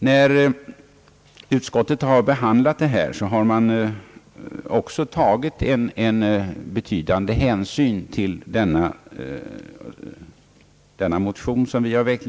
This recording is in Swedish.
När utskottet behandlade denna fråga tog man betydande hänsyn till den motion som vi har väckt.